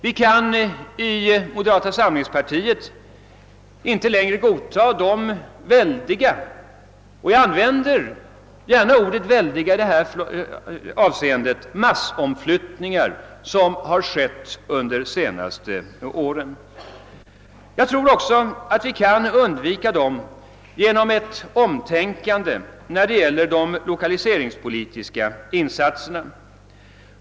Vi kan i moderata samlingspartiet inte längre godta ga de väldiga — jag måste tyärr använda ordet väldiga — massomflyttningar som skett under de senaste åren. Jag tror också att det går att undvika dem genom ett omtänkande när det gäller de lokaliseringspolitiska insatserna.